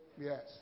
yes